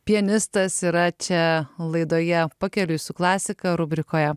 pianistas yra čia laidoje pakeliui su klasika rubrikoje